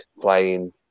playing